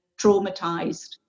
traumatized